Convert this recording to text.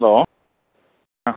hello ആ